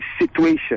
situation